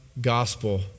gospel